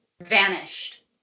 vanished